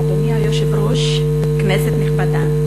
אדוני היושב-ראש, כנסת נכבדה,